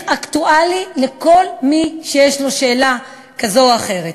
אקטואלי לכל מי שיש לו שאלה כזאת או אחרת.